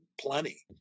plenty